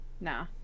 nah